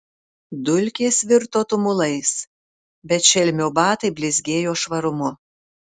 dulkės virto tumulais bet šelmio batai blizgėjo švarumu